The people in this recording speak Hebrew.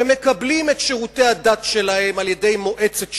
שמקבלים את שירותי הדת שלהם על-ידי מועצת שוהם,